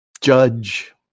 judge